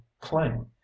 claim